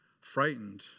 frightened